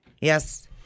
Yes